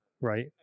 right